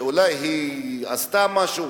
אולי היא עשתה משהו,